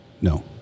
No